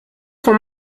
sont